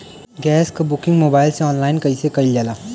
Gas क booking mobile से online कईसे कईल जाला?